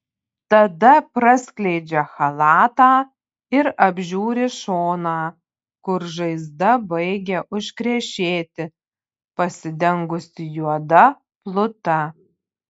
tada praskleidžia chalatą ir apžiūri šoną kur žaizda baigia užkrešėti pasidengusi juoda pluta